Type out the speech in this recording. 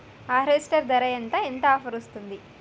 Harvester ధర ఎంత ఎంత ఆఫర్ వస్తుంది?